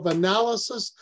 analysis